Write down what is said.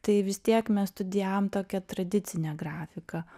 tai vis tiek mes studijavom tokią tradicinę grafiką